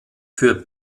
für